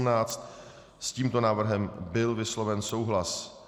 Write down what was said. S tímto návrhem byl vysloven souhlas.